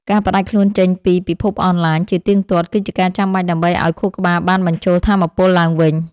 ការផ្ដាច់ខ្លួនចេញពីពិភពអនឡាញ ជាទៀងទាត់ គឺជាការចាំបាច់ដើម្បីឱ្យខួរក្បាលបានបញ្ចូលថាមពលឡើងវិញ។